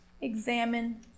examine